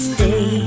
Stay